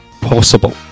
possible